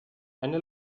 eine